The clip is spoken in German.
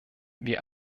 wir